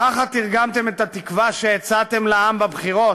ככה תרגמתם את התקווה שהצעתם לעם בבחירות?